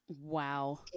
Wow